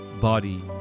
body